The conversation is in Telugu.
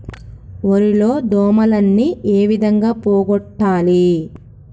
వరి లో దోమలని ఏ విధంగా పోగొట్టాలి?